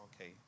Okay